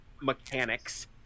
mechanics